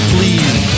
Please